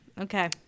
okay